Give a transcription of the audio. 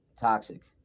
toxic